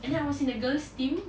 and then I was in the girl's team